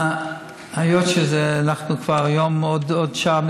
היות שאנחנו היום, עוד שעה,